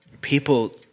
people